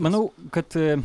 manau kad a